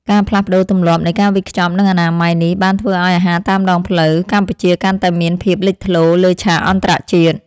ការផ្លាស់ប្តូរទម្លាប់នៃការវេចខ្ចប់និងអនាម័យនេះបានធ្វើឱ្យអាហារតាមដងផ្លូវកម្ពុជាកាន់តែមានភាពលេចធ្លោលើឆាកអន្តរជាតិ។